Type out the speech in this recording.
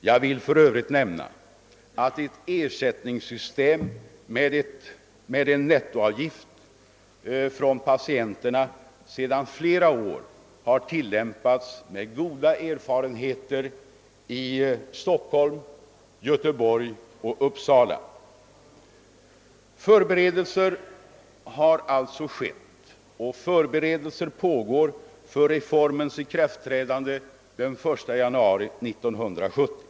Jag vill för övrigt nämna att ett ersättningssystem med en nettoavgift från patienterna sedan flera år har tillämpats med goda erfarenheter i Stockholm, Göteborg och Uppsala. Förberedelser har alltså gjorts, och förberedelser pågår för reformens ikraftträdande den 1 januari 1970.